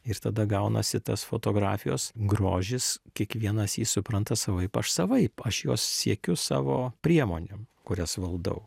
ir tada gaunasi tas fotografijos grožis kiekvienas jį supranta savaip aš savaip aš jo siekiu savo priemonėm kurias valdau